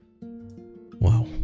Wow